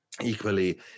equally